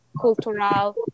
cultural